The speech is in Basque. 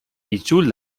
itzul